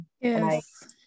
yes